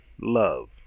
love